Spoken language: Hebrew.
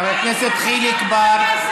חבר הכנסת חיליק בר.